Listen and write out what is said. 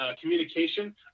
communication